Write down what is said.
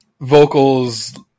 vocals